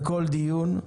בכל דיון,